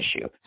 issue